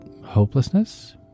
hopelessness